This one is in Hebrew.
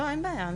אין בעיה.